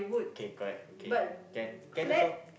kay correct kay can can also